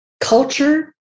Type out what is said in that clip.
culture